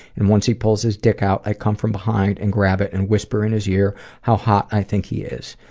and once he pulls his dick out, i come from behind and grab it and whisper in his ear how hot i think he is.